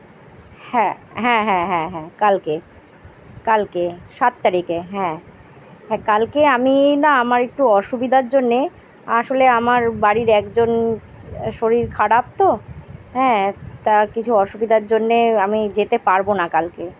হ্যাঁ হ্যাঁ হ্যাঁ হ্যাঁ হ্যাঁ কালকে কালকে সাত তারিখে হ্যাঁ হ্যাঁ কালকে আমি না আমার একটু অসুবিধার জন্যে আসলে আমার বাড়ির একজন শরীর খারাপ তো হ্যাঁ তার কিছু অসুবিধার জন্যে আমি যেতে পারবো না কালকে